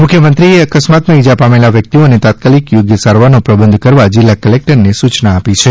મુખ્યમંત્રીશ્રીએ અકસ્માતમાં ઇજા પામેલા વ્યક્તિઓને તાત્કાલિક થોગ્ય સારવારનો પ્રબંધ કરવા જિલ્લા કલેકટરને સુચના આપી છે